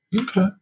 Okay